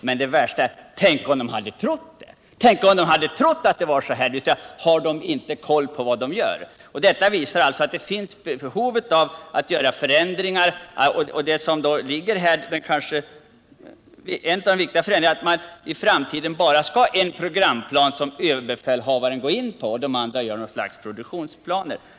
Men det värsta är: Tänk om de hade trott att det var så här! Har de ingen koll på vad de gör? Detta visar alltså att det finns behov av att göra förändringar. En av de viktiga förändringarna är att man i framtiden bara skall ha en programplan för det militära försvaret. Överbefälhavaren skall lämna in den.